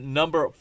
number